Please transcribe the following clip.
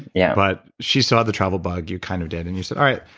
yeah but she saw the travel bug, you kind of did, and you said, all right,